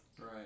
right